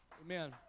Amen